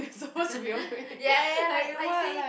ya ya ya like like say